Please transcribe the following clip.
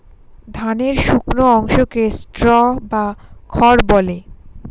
ধানের শুকনো অংশকে স্ট্র বা খড় বলে